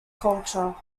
culture